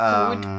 food